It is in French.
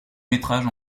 métrages